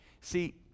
See